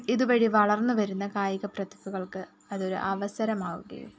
ഇതുവഴി വളർന്ന് വരുന്ന കായിക പ്രതിഭകൾക്ക് അതൊരു അവസരമാവുകയും